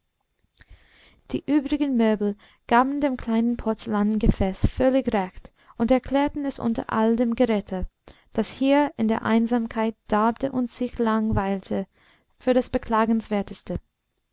die übrigen möbel gaben dem kleinen porzellanen gefäß völlig recht und erklärten es unter all dem geräte das hier in der einsamkeit darbte und sich lang weilte für das beklagenswerteste